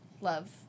love